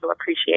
appreciate